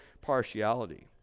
partiality